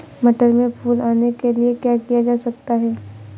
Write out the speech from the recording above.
मटर में फूल आने के लिए क्या किया जा सकता है?